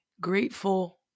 grateful